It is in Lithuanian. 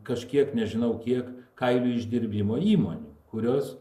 kažkiek nežinau kiek kailių išdirbimo įmonių kurios